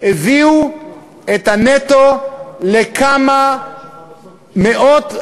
הביאו את הנטו לכמה מאות,